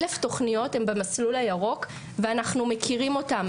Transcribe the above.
1,000 תוכניות הן במסלול הירוק ואנחנו מכירים אותן,